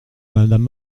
madame